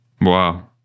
Wow